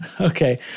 Okay